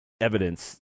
evidence